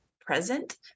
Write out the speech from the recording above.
present